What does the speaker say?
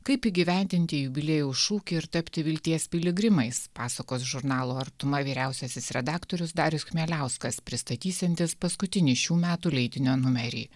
kaip įgyvendinti jubiliejaus šūkį ir tapti vilties piligrimais pasakos žurnalo artuma vyriausiasis redaktorius darius chmieliauskas pristatysiantis paskutinį šių metų leidinio numerį